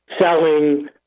selling